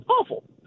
awful